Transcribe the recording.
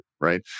right